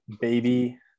baby